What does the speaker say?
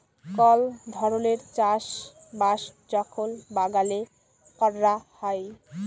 call ধরলের চাষ বাস যখল বাগালে ক্যরা হ্যয়